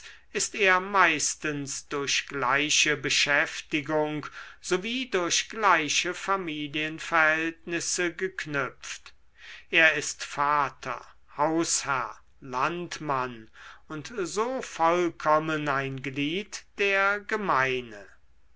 ist er meistens durch gleiche beschäftigung sowie durch gleiche familienverhältnisse geknüpft er ist vater hausherr landmann und so vollkommen ein glied der gemeine